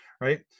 right